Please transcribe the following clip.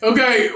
Okay